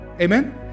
Amen